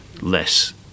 less